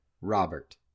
Robert